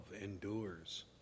endures